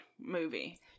movie